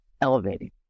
elevating